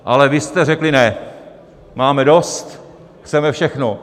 Ale vy jste řekli: Ne, máme dost, chceme všechno.